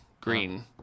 green